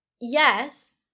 yes